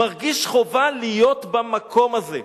מרגיש חובה להיות במקום הזה.